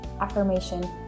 affirmation